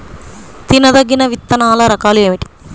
తినదగిన విత్తనాల రకాలు ఏమిటి?